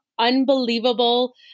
unbelievable